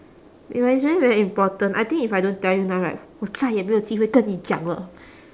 eh but it's really very important I think if I don't tell you now right 我再也没有机会跟你讲了